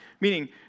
Meaning